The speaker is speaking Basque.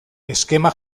eskema